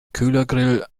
kühlergrill